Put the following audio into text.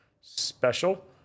special